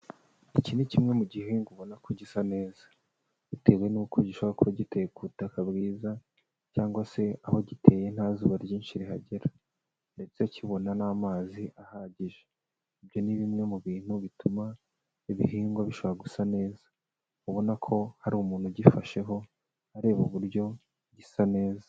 Iki ni kimwe mu gihingwa ubona ko gisa neza bitewe n'uko gishobora kuba giteye ku butaka bwiza cyangwa se aho giteye nta zuba ryinshi rihagera ndetse kibona n'amazi ahagije, ibyo ni bimwe mu bintu bituma ibihingwa bishobora gusa neza, ubona ko hari umuntu ugifasheho areba uburyo gisa neza.